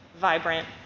vibrant